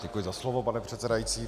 Děkuji za slovo, pane předsedající.